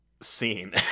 scene